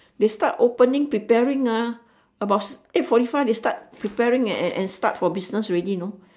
they start opening preparing ah about eight forty five they start preparing eh and and start for business already no